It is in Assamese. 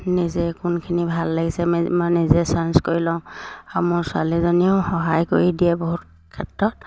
নিজে কোনখিনি ভাল লাগিছে মই নিজে চাৰ্জ কৰি লওঁ আৰু মোৰ ছোৱালীজনীয়েও সহায় কৰি দিয়ে বহুত ক্ষেত্ৰত